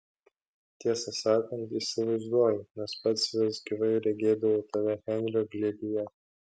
tiesą sakant įsivaizduoju nes pats vis gyvai regėdavau tave henrio glėbyje